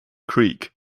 creek